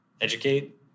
educate